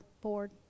board